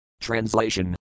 Translation